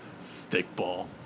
Stickball